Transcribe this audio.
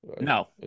No